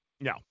No